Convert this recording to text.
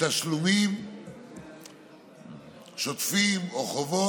תשלומים שוטפים או חובות,